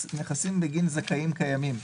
בגין זכאים קיימים.